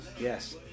Yes